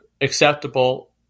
acceptable